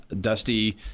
dusty